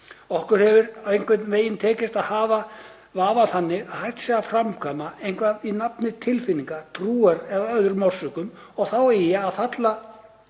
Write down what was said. Okkur hefur einhvern veginn tekist að hafa það þannig að hægt sé að framkvæma eitthvað í nafni tilfinninga, trúar eða af öðrum orsökum og þá eigi að falla